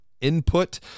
input